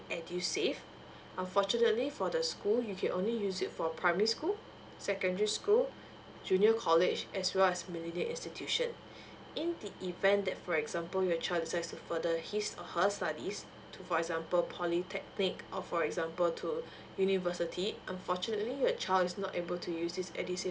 edusave unfortunately for the school you can only use it for primary school secondary school junior college as well as millennium institution in the event that for example your child decide to further his or her studies to for example polytechnic or for example to university unfortunately the child is not able to use this edusave